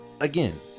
Again